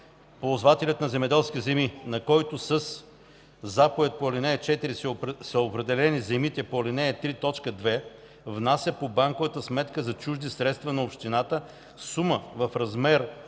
„Ползвател на земеделски земи, на който със заповед по ал. 4 са определени земите по ал. 3, т. 2, внася по банковата сметка за чужди средства на общината сума в размер